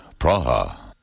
Praha